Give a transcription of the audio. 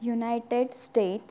United States